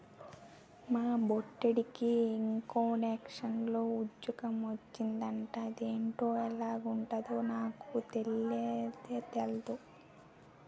మా బొట్టిడికి ఇంకంటాక్స్ లో ఉజ్జోగ మొచ్చిందట అదేటో ఎలగుంటదో నాకు తెల్నే తెల్దు